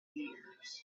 years